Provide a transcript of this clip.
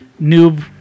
Noob